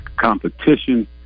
competition